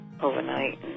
overnight